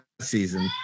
season